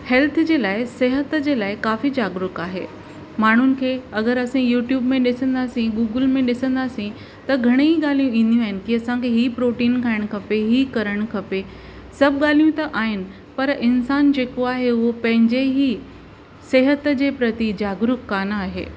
health जे लाइ सिहत जे लाइ काफ़ी जागरुक आहे माण्हुनि खे अगरि असीं यूट्यूब में ॾिसंदासीं गूगल में ॾिसंदासीं त घणी ॻाल्हियूं ईंदियूं आहिनि की असांखे ई प्रोटीन खाइणु खपे हीउ करणु खपे सभु ॻाल्हियूं त आहिनि पर इंसान जेको आहे उहो पंहिंजे ई सिहत जे प्रति जागरुक कोन आहे